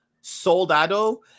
soldado